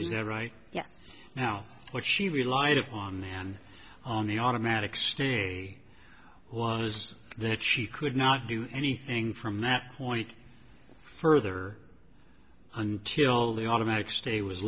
is that right yes now what she relied upon then on the automatic stay was that she could not do anything from that point further until the automatic stay was